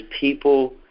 people